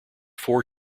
four